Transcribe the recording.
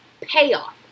payoff